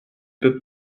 peux